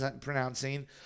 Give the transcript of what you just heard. pronouncing